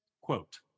quote